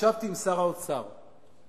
ישבתי עם שר האוצר בלשכתו,